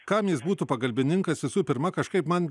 kam jis būtų pagalbininkas visų pirma kažkaip man